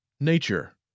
Nature